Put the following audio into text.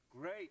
Great